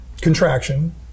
contraction